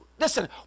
Listen